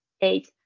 eight